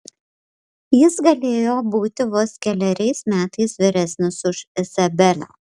jis galėjo būti vos keleriais metais vyresnis už izabelę